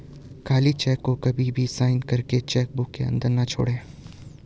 खाली चेक को कभी भी साइन करके चेक बुक के अंदर न छोड़े